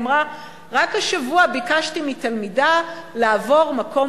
היא אמרה: רק השבוע ביקשתי מתלמידה לעבור מקום